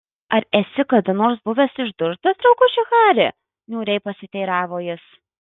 ar esi kada nors buvęs išdurtas drauguži hari niūriai pasiteiravo jis